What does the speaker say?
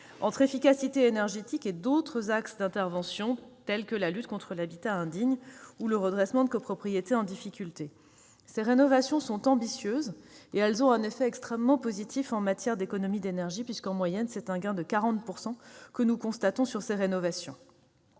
entre l'efficacité énergétique et d'autres axes d'intervention tels que la lutte contre l'habitat indigne ou le redressement de copropriétés en difficulté. Ces rénovations sont ambitieuses et ont un effet extrêmement positif en matière d'économies d'énergie : nous constatons en moyenne un gain de 40 %. Nous nous appuyons